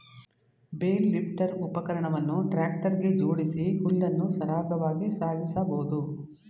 bale lifter ಉಪಕರಣವನ್ನು tractor ಗೆ ಜೋಡಿಸಿ ಹುಲ್ಲನ್ನು ಸರಾಗವಾಗಿ ಸಾಗಿಸಬೋದು